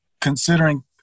considering